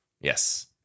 Yes